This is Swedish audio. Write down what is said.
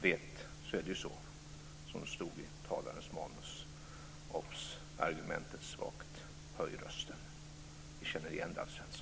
Det är som det stod i talarens manus: Obs! Argumentet svagt, höj rösten. Vi känner igen det, Alf